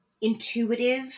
intuitive